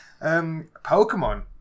Pokemon